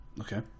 Okay